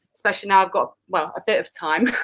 especially now i've got well a bit of time.